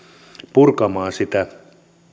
purkamaan sitä